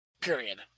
Period